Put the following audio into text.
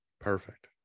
Perfect